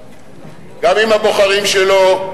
גם עם הבוחרים שלו,